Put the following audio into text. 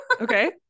okay